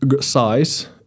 size